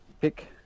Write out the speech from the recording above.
pick